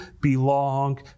belong